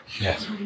Yes